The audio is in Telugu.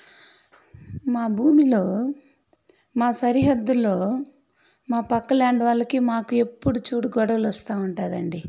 మా భూమిలో మా సరిహద్దుల్లో మా పక్క ల్యాండ్ వాళ్లకి మాకు ఎప్పుడూ చూడు గొడవలు వస్తూ ఉంటుం దండి